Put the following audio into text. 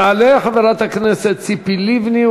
תעלה חברת הכנסת ציפי לבני,